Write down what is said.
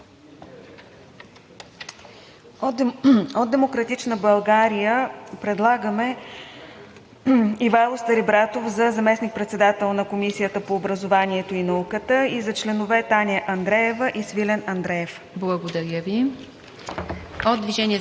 От „Демократична България“ предлагаме: Ивайло Старибратов за заместник-председател на Комисията по образованието и науката и за членове Таня Андреева и Свилен Андреев. ПРЕДСЕДАТЕЛ